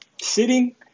Sitting